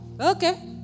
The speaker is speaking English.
Okay